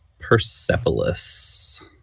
Persepolis